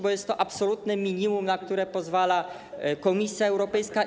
Bo jest to absolutne minimum, na które pozwala Komisja Europejska.